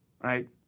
right